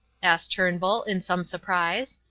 asked turnbull, in some surprise.